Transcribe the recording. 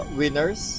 winners